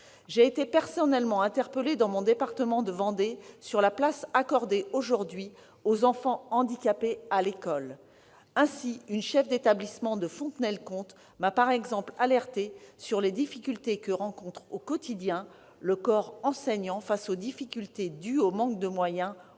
J'ai été personnellement interpellée, dans mon département de Vendée, sur la place accordée aujourd'hui aux enfants handicapés à l'école. Ainsi, une chef d'établissement de Fontenay-le-Comte m'a alertée sur les difficultés que rencontre au quotidien le corps enseignant : manque de moyens, manque